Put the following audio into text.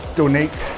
donate